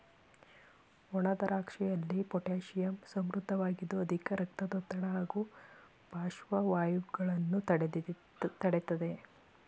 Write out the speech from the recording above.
ಒಣದ್ರಾಕ್ಷಿಯಲ್ಲಿ potassium ಸಮೃದ್ಧವಾಗಿದ್ದು ಅಧಿಕ ರಕ್ತದೊತ್ತಡ ಹಾಗೂ ಪಾರ್ಶ್ವವಾಯುಗಳನ್ನು ತಡಿತದೆ